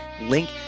link